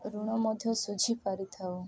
ଋଣ ମଧ୍ୟ ଶୁଝି ପାରିଥାଉ